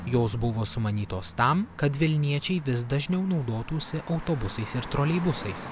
jos buvo sumanytos tam kad vilniečiai vis dažniau naudotųsi autobusais ir troleibusais